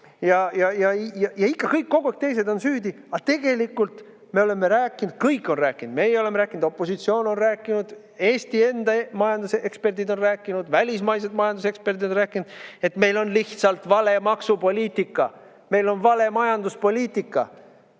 Ja ikka kogu aeg kõik teised on süüdi. Aga tegelikult me oleme rääkinud, õigemini kõik on rääkinud – meie oleme rääkinud, opositsioon on rääkinud, Eesti enda majanduseksperdid on rääkinud, välismaised majanduseksperdid on rääkinud –, et meil on lihtsalt vale maksupoliitika, meil on vale majanduspoliitika.